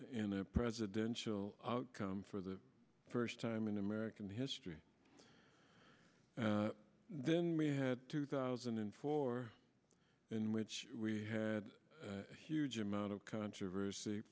in the presidential come for the first time in american history and then we had two thousand and four in which we had a huge amount of controversy